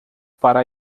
para